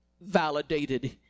validated